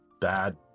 bad